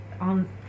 on